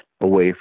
away